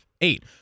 Eight